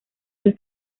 del